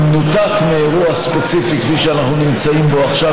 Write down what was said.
במנותק מאירוע ספציפי כפי שאנחנו נמצאים בו עכשיו,